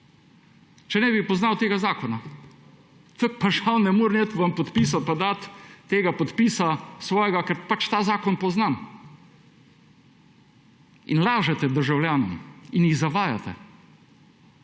če ne bi poznal tega zakona. Tako pa žal ne morem vam podpisa dati, tega svojega podpisa, ker pač ta zakon poznam. In lažete državljanom in jih zavajate!